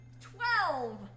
Twelve